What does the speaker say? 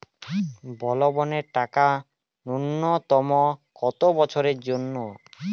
বলবনের টাকা ন্যূনতম কত বছরের জন্য?